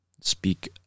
speak